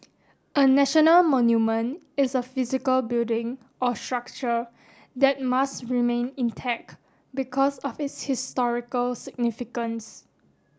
a national monument is a physical building or structure that must remain intact because of its historical significance